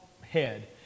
head